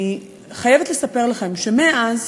אני חייבת לספר לכם שמאז